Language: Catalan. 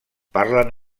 parlen